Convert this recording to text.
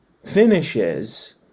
Finishes